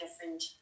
different